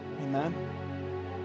Amen